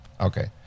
okay